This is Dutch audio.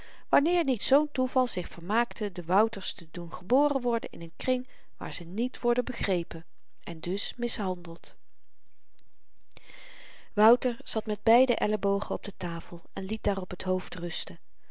kennis wanneer niet zoo'n toeval zich vermaakte de wouters te doen geboren worden in n kring waar ze niet worden begrepen en dus mishandeld wouter zat met beide elbogen op de tafel en liet daarop het hoofd rusten